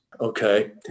Okay